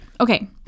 okay